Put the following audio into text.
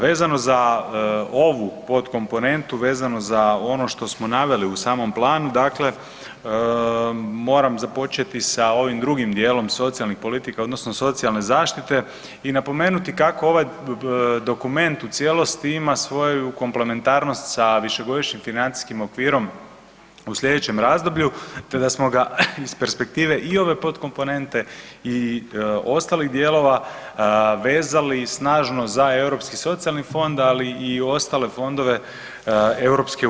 Vezano za ovu potkomponentu vezano za ono što smo naveli u samom planu, dakle moram započeti sa ovim drugim dijelom socijalnih politika odnosno socijalne zaštite i napomenuti kako ovaj dokument u cijelosti ima svoju komplementarnost sa višegodišnjim financijskim okvirom u slijedećem razdoblju, te da smo ga iz perspektive i ove potkomponente i ostalih dijelova vezali i snažno za Europski socijalni fond, ali i uz ostale fondove EU.